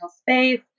space